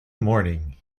morning